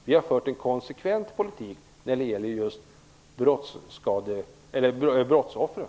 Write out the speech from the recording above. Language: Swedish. Vi har fört en konsekvent politik när det gäller just brottsoffren.